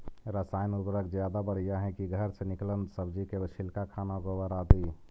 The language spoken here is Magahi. रासायन उर्वरक ज्यादा बढ़िया हैं कि घर से निकलल सब्जी के छिलका, खाना, गोबर, आदि?